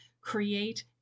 create